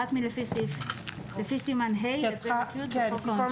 עבירת מין לפי סימן ה' לחוק העונשין.